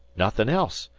nothing else.